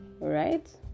right